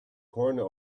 corner